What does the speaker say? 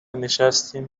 نشستیم